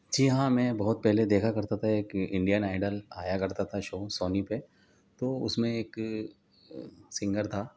جی ہاں میں بہت پہلے دیکھا کرتا تھا ایک انڈین آئیڈل آیا کرتا تھا شو سونی پر تو اس میں ایک سنگر تھا